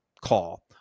call